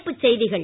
தலைப்புச் செய்திகள்